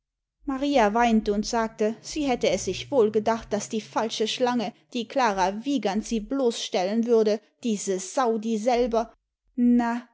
maria weinte und sagte sie hätte es sich wohl gedacht daß die falsche schlange die klara wiegand sie bloßstellen würde diese sau die selber na